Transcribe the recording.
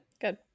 Good